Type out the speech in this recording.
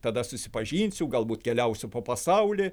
tada susipažinsiu galbūt keliausiu po pasaulį